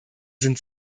sind